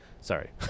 Sorry